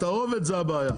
התערובת זו הבעיה,